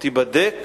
תיבדק